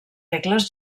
regles